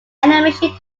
animation